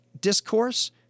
discourse